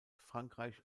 frankreich